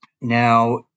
Now